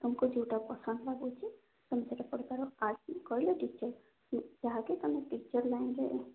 ତୁମକୁ ଯୋଉଟା ପସନ୍ଦ ଲାଗୁଛି ତୁମେ ସେଇଟା କରିପାର ଆଜି କହିଲେ ରିଜେକ୍ଟ୍ ଯାହାକି ତୁମେ ଟିଚର୍ ଲାଇନ୍ରେ